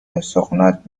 استخونات